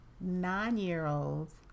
Nine-year-olds